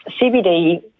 CBD